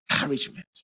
encouragement